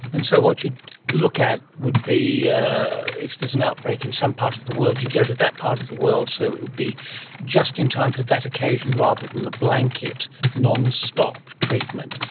and so what you'd look at would be if there is an outbreak in some part of the world you'd go to that part of the world, so it would be just in time for that occasion rather than the blanket non-stop treatment.